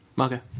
Okay